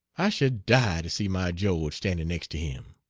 i should die to see my geawge standing next to him.